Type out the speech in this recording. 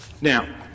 Now